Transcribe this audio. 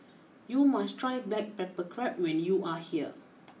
you must try Black Pepper Crab when you are here